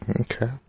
Okay